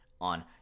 on